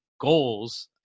goals